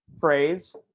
phrase